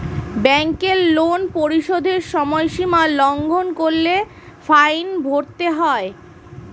ব্যাংকের লোন পরিশোধের সময়সীমা লঙ্ঘন করলে ফাইন ভরতে হয়